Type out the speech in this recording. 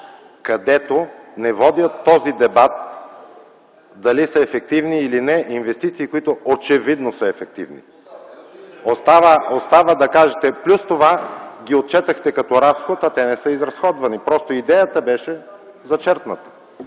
където не водят този дебат дали са ефективни или не инвестиции, които очевидно са ефективни. Плюс това ги отчетохте като разход, а те не са изразходвани. Просто идеята беше зачеркната.